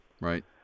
right